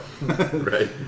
right